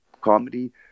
comedy